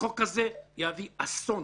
החוק הזה יביא אסון